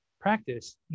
practice